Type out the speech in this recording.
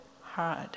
hard